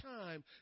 time